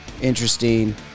interesting